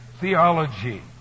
theology